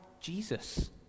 Jesus